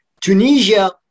Tunisia